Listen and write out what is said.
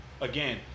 again